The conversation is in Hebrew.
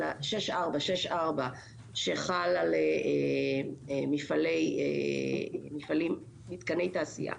של ה-6464 שחל על מפעלים ומתקני תעשייה,